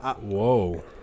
Whoa